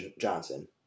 Johnson